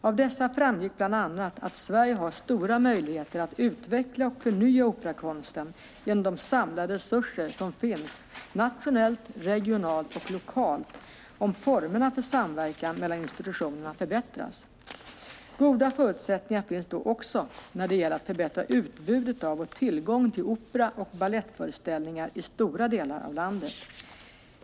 Av dessa framgick bland annat att Sverige har stora möjligheter att utveckla och förnya operakonsten genom de samlade resurser som finns nationellt, regionalt och lokalt om formerna för samverkan mellan institutionerna förbättras. Goda förutsättningar finns då också när det gäller att förbättra utbudet av och tillgången till opera och balettföreställningar i stora delar av landet.